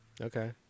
okay